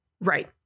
Right